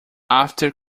after